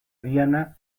diana